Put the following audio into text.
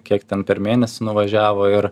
kiek ten per mėnesį nuvažiavo ir